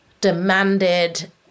demanded